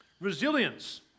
Resilience